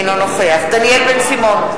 אינו נוכח דניאל בן-סימון,